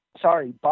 sorry